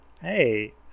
Hey